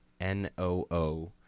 N-O-O